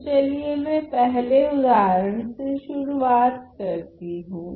तो चलिए में पहले उदाहरण से शुरू करती हूँ